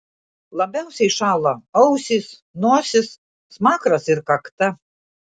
labiausiai šąla ausys nosis smakras ir kakta